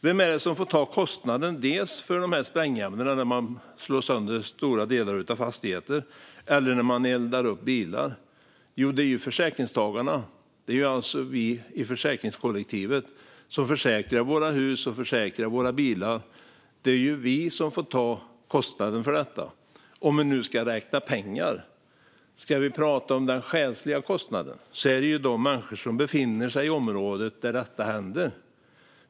Vem är det som får ta kostnaden för sprängningarna där man slår sönder stora delar av fastigheter eller när man eldar upp bilar? Jo, det är försäkringstagarna. Det är vi i försäkringskollektivet som försäkrar våra hus och försäkrar våra bilar som får ta kostnaderna för detta, om vi nu ska räkna pengar. Ska vi tala om den själsliga kostnaden handlar det om de människor som befinner sig i området där detta händer.